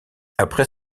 après